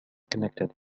connected